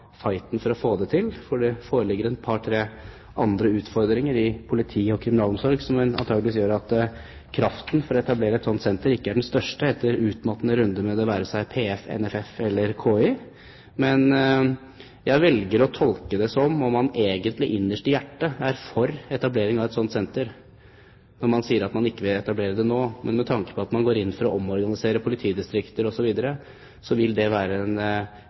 for å få det til, fordi det foreligger et par, tre andre utfordringer i politi og kriminalomsorg som antagelig gjør at kraften til å etablere et slikt senter ikke er den største, etter utmattende runder med det være seg PF, NFF eller KY. Jeg velger å tolke det som om man egentlig innerst i hjertet er for etablering av et slikt senter når man sier at man ikke vil etablere det nå. Men med tanke på at man går inn for å omorganisere politidistrikter osv., vil det være en